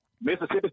Mississippi